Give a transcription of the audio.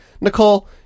nicole